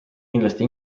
kindlasti